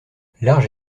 large